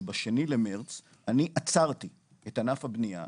שב-2 במרץ עצרתי את ענף הבנייה.